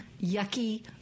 yucky